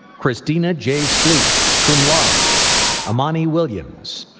christina j. spliedt, cum laude emani williams.